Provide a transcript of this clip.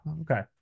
okay